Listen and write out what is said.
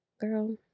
Girl